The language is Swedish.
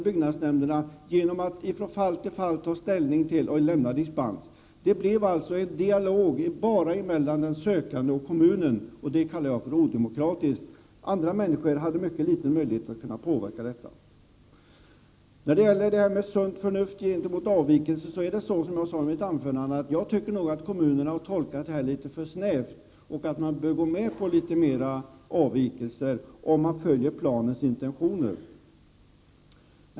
Byggnadsnämnderna tog ställning från fall till fall till huruvida det skulle lämna dispans. Det blev alltså en dialog bara mellan den sökande och kommunen, och det kallar jag för odemokratiskt. Andra människor hade mycket liten möjlighet att påverka detta. Det har talats här om sunt förnuft när det gäller avvikelser. Jag tycker, som jag sade i mitt anförande, att kommunerna har tolkat detta för snävt och att de bör gå med på litet flera avvikelser, om dessa följer planens intentioner.